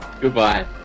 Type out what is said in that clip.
goodbye